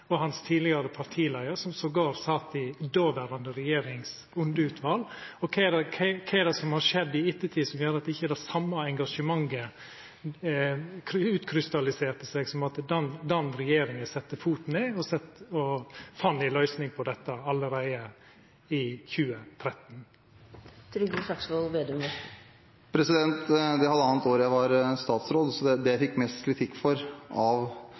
partileiaren hans attpåtil sat i underutvalet til den dåverande regjeringa? Kva har skjedd i ettertid som gjer at det same engasjementet ikkje utkrystalliserte seg, slik at den regjeringa sette foten ned og fann ei løysing på dette allereie i 2013? Det halvannet året jeg var statsråd, var det jeg fikk mest kritikk for av